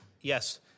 Yes